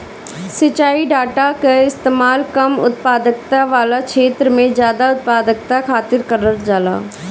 सिंचाई डाटा कअ इस्तेमाल कम उत्पादकता वाला छेत्र में जादा उत्पादकता खातिर करल जाला